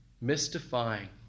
mystifying